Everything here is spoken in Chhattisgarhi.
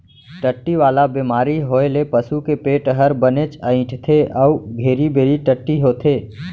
टट्टी वाला बेमारी होए ले पसू के पेट हर बनेच अइंठथे अउ घेरी बेरी टट्टी होथे